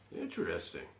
Interesting